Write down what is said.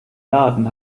laden